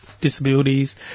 disabilities